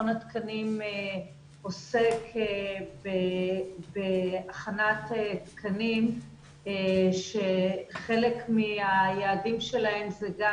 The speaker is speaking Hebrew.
עוסק בהכנת תקנים שחלק מהיעדים שלהם זה גם